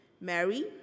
Mary